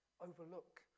overlook